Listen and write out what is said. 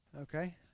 Okay